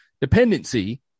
dependency